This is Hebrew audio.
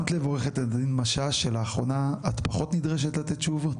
שמת לב עו"ד משש שלאחרונה את פחות נדרשת לתת תשובות?